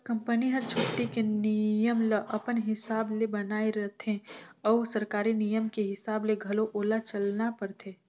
company हर छुट्टी के नियम ल अपन हिसाब ले बनायें रथें अउ सरकारी नियम के हिसाब ले घलो ओला चलना परथे